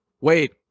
wait